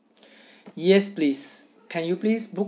yes please can you please book